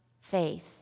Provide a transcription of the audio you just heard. faith